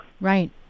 Right